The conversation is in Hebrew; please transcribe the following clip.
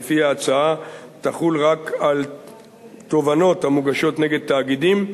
ולפיו ההצעה תחול רק על תובענות המוגשות נגד תאגידים,